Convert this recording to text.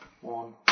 One